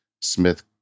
Smith